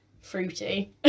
fruity